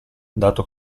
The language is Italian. dato